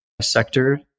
sector